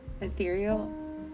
ethereal